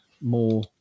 more